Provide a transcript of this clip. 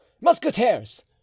musketeers